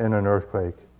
in an earthquake.